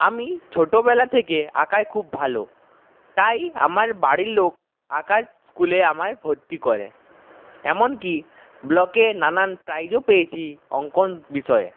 আমি ছোটোবেলা থেকে আঁকায় খুব ভালো তাই আমার বাড়ির লোক আঁকার স্কুলে আমায় ভর্তি করে এমনকি ব্লকে নানান প্রাইজও পেয়েছি অঙ্কন বিষয়ে